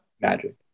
Magic